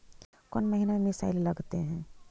कौन महीना में मिसाइल लगते हैं?